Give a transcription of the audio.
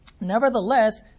Nevertheless